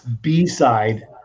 B-side